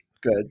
Good